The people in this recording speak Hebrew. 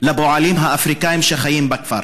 לפועלים האפריקנים שחיים בכפר.